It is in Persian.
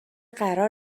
قرار